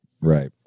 right